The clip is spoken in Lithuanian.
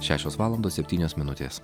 šešios valandos septynios minutės